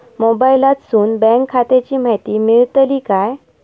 मोबाईलातसून बँक खात्याची माहिती मेळतली काय?